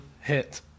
hit